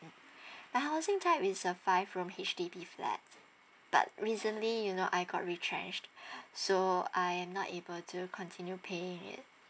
uh our house type is a five room H_D_B flat but recently you know I got retrenched so I'm not able to continue paying it